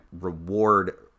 reward